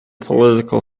political